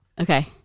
Okay